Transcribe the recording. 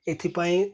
ଏଥିପାଇଁ